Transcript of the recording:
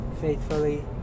faithfully